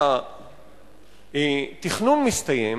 שהתכנון מסתיים,